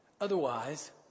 Otherwise